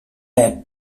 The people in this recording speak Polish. jak